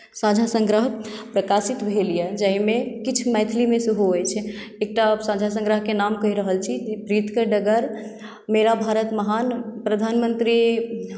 साझा सङ्ग्रह प्रकाशित भेल यए जाहिमे किछु मैथिलीमे सेहो अछि एकटा साझा सङ्ग्रहके नाम कहि रहल छी जे प्रीतकेँ डगर मेरा भारत महान प्रधानमंत्री